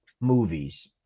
movies